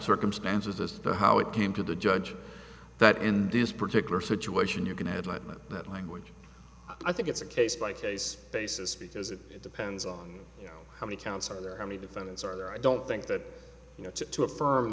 circumstances as to how it came to the judge that in this particular situation you can add like that language i think it's a case by case basis because it depends on you know how many counts are there how many defendants are there i don't think that you know to